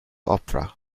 opera